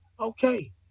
Okay